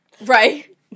Right